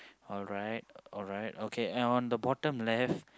alright alright okay and on the bottom left